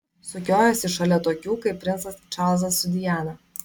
sukiojosi šalia tokių kaip princas čarlzas su diana